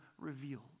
revealed